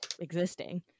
existing